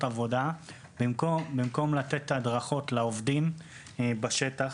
עבודה במקום לתת הדרכות לעובדים בשטח.